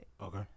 okay